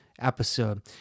episode